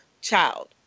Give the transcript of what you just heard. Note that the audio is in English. child